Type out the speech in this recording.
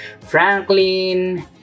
Franklin